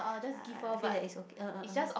I I feel that it's okay uh uh uh